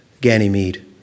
Ganymede